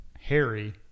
Harry